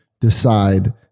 decide